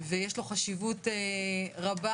ויש לו חשיבות רבה,